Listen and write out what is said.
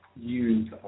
use